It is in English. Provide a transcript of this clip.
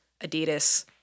Adidas